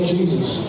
Jesus